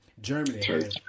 Germany